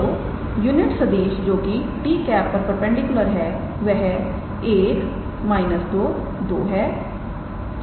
तो यूनिट सदिश जोकि 𝑡̂ पर परपेंडिकुलर है वह 1 −22 है